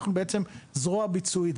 אנחנו זרוע ביצועית.